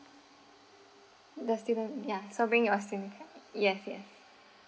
the student yeah so bring your student card yes yes